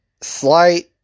Slight